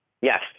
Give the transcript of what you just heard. Yes